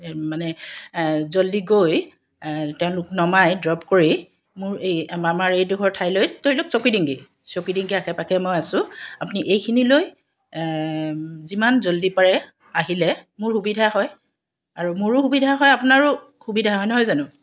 মানে জল্দি গৈ তেওঁলোক নমাই ড্ৰপ কৰি মোৰ এই আমাৰ এইডোখৰ ঠাইলৈ ধৰি লওক চৌকিডিঙ্গি চৌকিডিঙ্গিৰ আশে পাশে মই আছোঁ আপুনি এইখিনিলৈ যিমান জল্দি পাৰে আহিলে মোৰ সুবিধা হয় আৰু মোৰো সুবিধা হয় আপোনাৰো সুবিধা হয় নহয় জানো